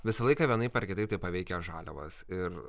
visą laiką vienaip ar kitaip tai paveikia žaliavas ir